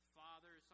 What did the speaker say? father